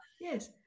Yes